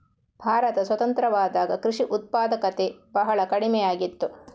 ಭಾರತ ಸ್ವತಂತ್ರವಾದಾಗ ಕೃಷಿ ಉತ್ಪಾದಕತೆ ಬಹಳ ಕಡಿಮೆಯಾಗಿತ್ತು